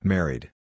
Married